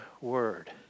word